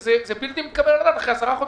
זה בלתי מתקבל לדעת אחרי 10 חודשים.